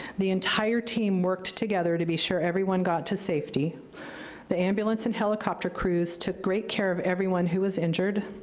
the entire team worked together to be sure everyone got to safety the ambulance and helicopter crews took great care of everyone who was injured,